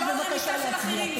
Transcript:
אבל לא --- של אחרים,